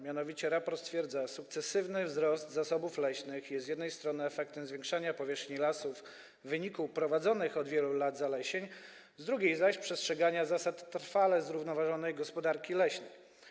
Mianowicie raport stwierdza: sukcesywny wzrost zasobów leśnych jest z jednej strony efektem zwiększania powierzchni lasów w wyniku prowadzonych od wielu lat zalesień, z drugiej zaś - przestrzegania zasad trwale zrównoważonej gospodarki leśnej.